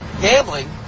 Gambling